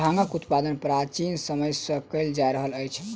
भांगक उत्पादन प्राचीन समय सॅ कयल जा रहल अछि